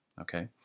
okay